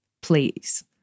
please